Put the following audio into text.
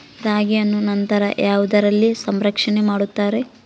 ರಾಗಿಯನ್ನು ನಂತರ ಯಾವುದರಲ್ಲಿ ಸಂರಕ್ಷಣೆ ಮಾಡುತ್ತಾರೆ?